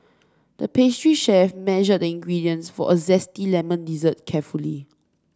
the pastry chef measured the ingredients for a zesty lemon dessert carefully